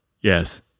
Yes